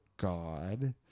god